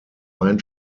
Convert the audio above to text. ein